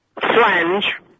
Flange